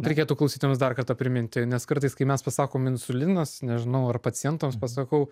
reikėtų klausytojams dar kartą priminti nes kartais kai mes pasakom insulinas nežinau ar pacientams pasakau